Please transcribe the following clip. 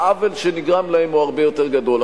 והעוול שנגרם להם הוא הרבה יותר גדול.